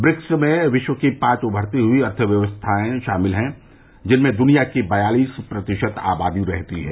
BRICS में विश्व की पांच उभरती हुई अर्थव्यवस्था शामिल हैं जिनमें दुनिया की बयालीस प्रतिशत आबादी रहती है